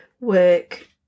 work